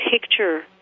picture